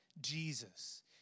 Jesus